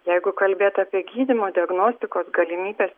jeigu kalbėt apie gydymo diagnostikos galimybes